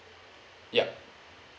yup